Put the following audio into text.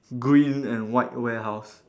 green and white warehouse